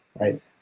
right